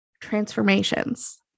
transformations